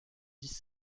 dix